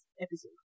episode